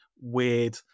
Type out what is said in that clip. weird